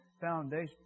foundation